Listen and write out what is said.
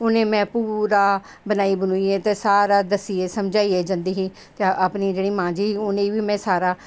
उनें ई में पूरा बनाइयै ते सारा दस्सियै जंदी ही ते अपनी जेह्ड़ी मां जी उनेंगी बी में सारा